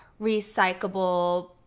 recyclable